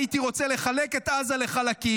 הייתי רוצה לחלק את עזה לחלקים,